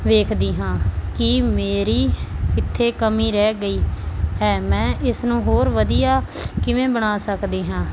ਵੇਖਦੀ ਹਾਂ ਕਿ ਮੇਰੀ ਕਿੱਥੇ ਕਮੀ ਰਹਿ ਗਈ ਹੈ ਮੈਂ ਇਸ ਨੂੰ ਹੋਰ ਵਧੀਆ ਕਿਵੇਂ ਬਣਾ ਸਕਦੀ ਹਾਂ